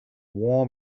warm